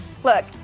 Look